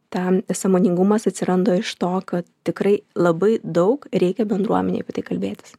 ten sąmoningumas atsiranda iš to kad tikrai labai daug reikia bendruomenei apie tai kalbėtis